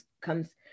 comes